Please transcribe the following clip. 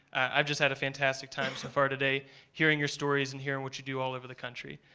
i've just had a fantastic time so far today hearing your stories and hearing what you do all over the country.